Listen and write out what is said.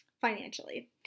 financially